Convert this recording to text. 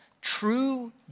true